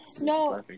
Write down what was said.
no